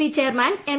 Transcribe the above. C chairman M